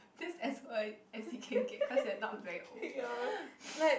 seems as like as you can get cause you're not very old